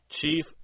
Chief